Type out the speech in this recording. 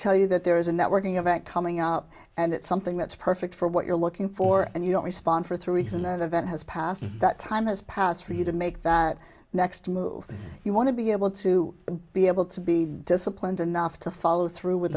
tell you that there is a networking event coming up and it's something that's perfect for what you're looking for and you don't respond for three weeks in the event has passed that time has passed for you to make that next move you want to be able to be able to be disciplined enough to follow through with